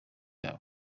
yabo